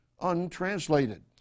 untranslated